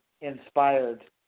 inspired